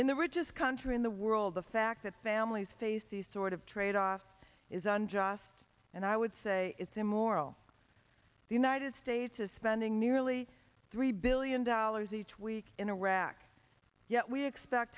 in the richest country in the world the fact that families face the sort of trade off is unjust and i would say it's immoral the united states is spending nearly three billion dollars each week in iraq yet we expect